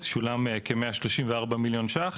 שולמו כ-134 מיליון ש"ח,